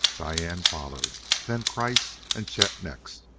diane followed, then kreiss and chet next,